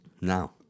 Now